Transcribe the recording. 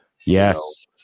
yes